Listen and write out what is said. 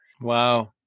Wow